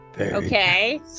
okay